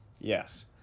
Yes